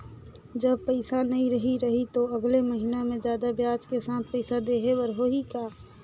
जब पइसा नहीं रही तो अगले महीना मे जादा ब्याज के साथ पइसा देहे बर होहि का?